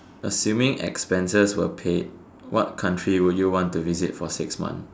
assuming expenses were paid what country would you want to visit for six months